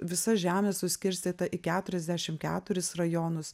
visa žemė suskirstyta į keturiasdešim keturis rajonus